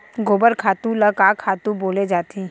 गोबर खातु ल का खातु बोले जाथे?